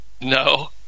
no